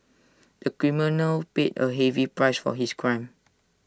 the criminal paid A heavy price for his crime